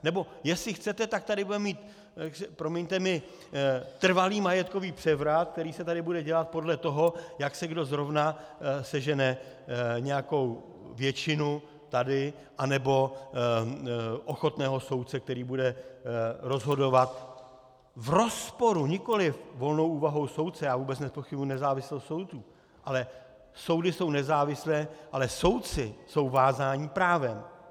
Nebo jestli chcete, tak tady budeme mít, promiňte mi, trvalý majetkový převrat, který se tady bude dělat podle toho, jak si tady kdo zrovna sežene nějakou většinu a nebo ochotného soudce, který bude rozhodovat v rozporu, nikoliv volnou úvahou soudce já vůbec nezpochybňuji nezávislost soudů, soudy jsou nezávislé, ale soudci jsou vázáni právem.